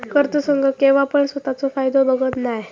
कर्ज संघ केव्हापण स्वतःचो फायदो बघत नाय